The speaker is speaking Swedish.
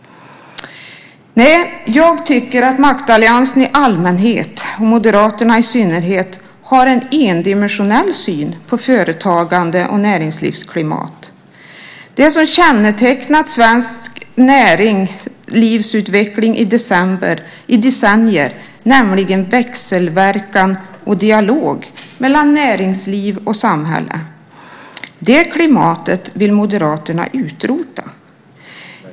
Nej, jag tycker att maktalliansen i allmänhet och Moderaterna i synnerhet har en endimensionell syn på företagande och näringslivsklimat. Det klimat som kännetecknat svensk näringslivsutveckling i decennier, nämligen växelverkan och dialog mellan näringsliv och samhället, vill Moderaterna utrota.